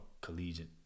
collegiate